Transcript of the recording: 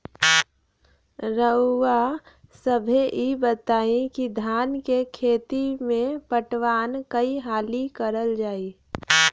रउवा सभे इ बताईं की धान के खेती में पटवान कई हाली करल जाई?